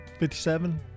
57